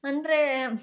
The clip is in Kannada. ಅಂದರೆ